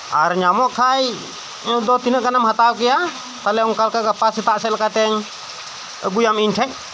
ᱟᱨ ᱧᱟᱢᱚᱜ ᱠᱷᱟᱱ ᱫᱚ ᱛᱤᱱᱟᱹᱜ ᱜᱟᱱᱮᱢ ᱦᱟᱛᱟᱣ ᱠᱮᱭᱟ ᱛᱟᱞᱦᱮ ᱚᱝᱠᱟ ᱞᱮᱠᱟ ᱜᱟᱯᱟ ᱥᱮᱛᱟᱜ ᱥᱮᱫ ᱞᱮᱠᱟᱛᱮᱧ ᱟᱜᱩᱭᱟᱢ ᱤᱧ ᱴᱷᱮᱱ